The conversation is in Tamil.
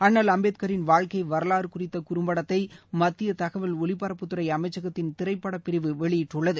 அண்ணல் அம்பேத்கரின் வாழ்க்கை வரலாறு குறித்த குறும்படத்தை மத்திய தகவல் ஒலிபரப்புத்துறை அமைச்சகத்தின் திரைப்படப்பிரிவு வெளியிட்டுள்ளது